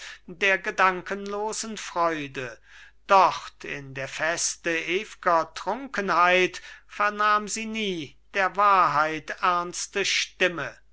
der gedankenlosen freude dort in der feste ew'ger trunkenheit vernahm sie nie der wahrheit ernste stimme